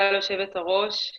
ליושבת הראש על זכות הדיבור.